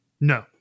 no